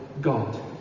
God